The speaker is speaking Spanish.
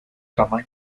tamaño